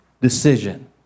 decision